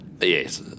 Yes